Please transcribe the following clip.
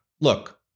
look